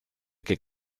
que